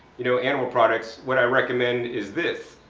you know, animal products, what i recommend is this,